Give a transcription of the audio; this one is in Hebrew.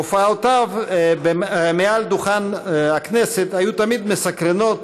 הופעותיו מעל דוכן הכנסת היו תמיד מסקרנות,